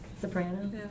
soprano